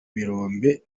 birombe